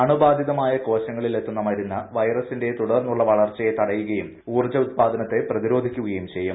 അണു ബാധിതമായ കോശങ്ങളിൽ എത്തുന്ന മരുന്ന് വൈറസിന്റെ തുടർന്നുള്ള വളർച്ചയെ തടയുകയും ഊർജ്ജ ഉൽപ്പാദനത്തെ പ്രതിരോധിക്കുകയും ചെയ്യും